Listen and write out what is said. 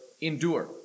endure